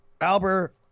Albert